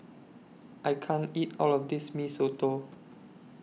I can't eat All of This Mee Soto